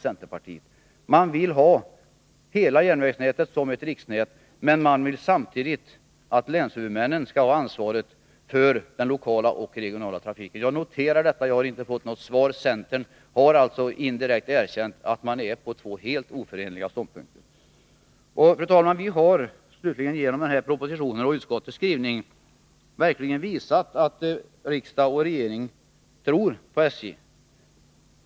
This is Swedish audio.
Centerpartiet vill ha hela järnvägsnätet som ett riksnät, men vill samtidigt att länshuvudmännen skall ta ansvaret för den lokala och regionala trafiken. Jag noterar att jag inte har fått något svar på min fråga. Centerpartiet har alltså indirekt erkänt att man här intar två helt oförenliga ståndpunkter. Vi har, fru talman, genom den här propositionen och utskottets skrivning verkligen visat att riksdag och regering tror på SJ.